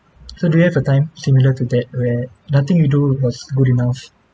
so do you have a time similar to that where nothing you do was good enough